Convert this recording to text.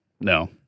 no